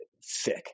sick